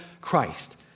Christ